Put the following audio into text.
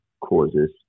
causes